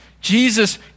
jesus